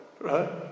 right